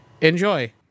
enjoy